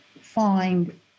find